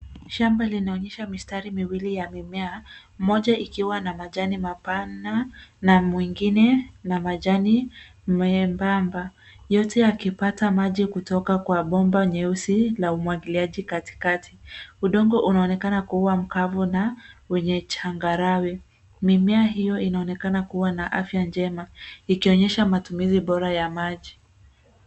Shamba linaonyesha mistari miwili ya mimea ,moja ikiwa na majani mapana na mwingine na majani mwembamba yote yakipata maji kutoka kwa bomba nyeusi la umwagiliaji katikati. Udongo unaonekana kuwa mkavu na wenye changarawe .Mimea hiyo inaonekana kuwa na afya njema ikionyesha matumizi bora ya maji.